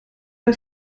bei